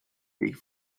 weg